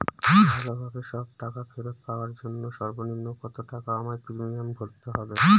ভালোভাবে সব টাকা ফেরত পাওয়ার জন্য সর্বনিম্ন কতটাকা আমায় প্রিমিয়াম ভরতে হবে?